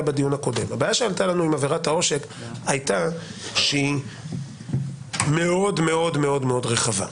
בדיון הקודם הייתה שהיא מאוד מאוד מאוד רחבה.